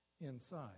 inside